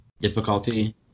Difficulty